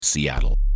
Seattle